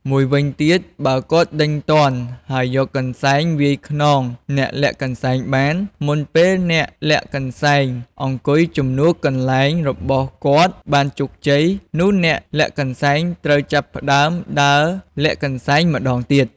មួយវិញទៀត បើគាត់ដេញទាន់ ហើយយកកន្សែងវាយខ្នងអ្នកលាក់កន្សែងបាន មុនពេលអ្នកលាក់កន្សែងអង្គុយជំនួសកន្លែងរបស់គាត់បានជោគជ័យ នោះអ្នកលាក់កន្សែងត្រូវចាប់ផ្តើមដើរលាក់កន្សែងម្តងទៀត។